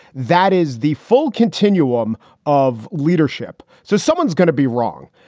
that is the full continuum of leadership. so someone's going to be wrong.